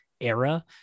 era